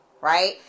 right